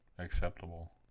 acceptable